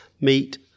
Meet